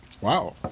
Wow